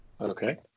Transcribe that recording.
okay